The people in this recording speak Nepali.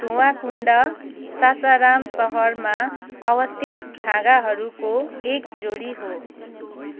धुँआ कुण्ड सासाराम सहरमा अवस्थित छाँगाहरूको एक जोडी हो